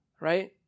right